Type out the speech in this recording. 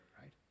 right